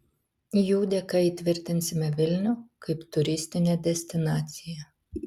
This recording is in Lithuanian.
jų dėka įtvirtinsime vilnių kaip turistinę destinaciją